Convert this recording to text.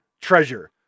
treasure